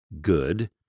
good